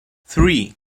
three